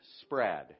spread